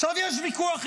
עכשיו יש ויכוח היסטורי,